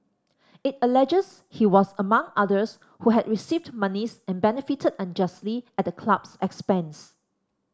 it alleges he was among others who had received monies and benefited unjustly at the club's expense